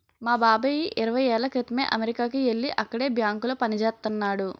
మా బాబాయి ఇరవై ఏళ్ళ క్రితమే అమెరికాకి యెల్లి అక్కడే బ్యాంకులో పనిజేత్తన్నాడు